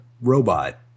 robot